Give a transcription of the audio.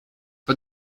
for